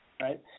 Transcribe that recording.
right